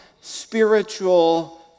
spiritual